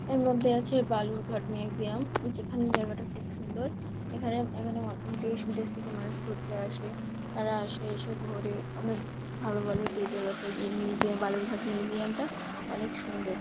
এর মধ্যে আছে বালুরঘাট মিউজিয়াম যেখানে জায়গাটা খুব সুন্দর এখানে এখানে দেশ বিদেশ থেকে মানুষ ঘুরতে আসে তারা আসে এসে ঘোরে অনেক ভালো বলে যে এই জায়গাটা নিয়ে মিউজিয়াম বালুরঘাট মিউজিয়ামটা অনেক সুন্দর